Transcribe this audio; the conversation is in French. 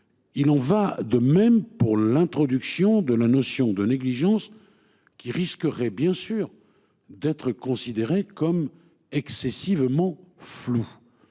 Il en va de même pour l'introduction de la notion de négligence qui risquerait bien sûr d'être considéré comme excessivement flous.